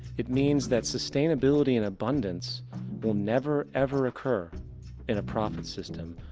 it means that sustainability and abundance will never ever occur in profit system.